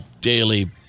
Daily